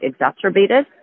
exacerbated